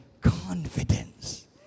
confidence